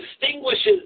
distinguishes